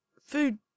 food